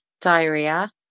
diarrhea